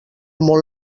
molt